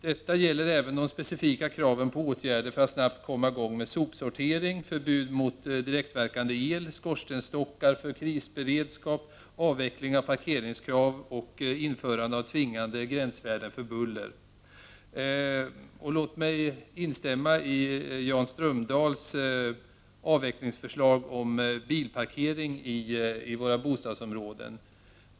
Detta gäller även de specifika kraven på åtgärder för att man snabbt skall kunna komma i gång med sopsortering, förbud mot direktverkande el, skorstensstockar för krisberedskap, avvecklingen av parkeringskrav och införandet av tvingande gränsvärden för buller. Jag instämmer i Jan Strömdahls förslag om avvecklingen av normerna när det gäller bilparkering i våra bostadsområden.